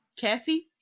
Cassie